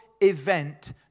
event